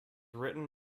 written